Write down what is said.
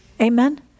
Amen